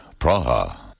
Praha